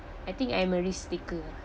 I think I'm a risk taker